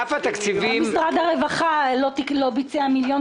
גם משרד הרווחה לא ביצע מיליון דברים,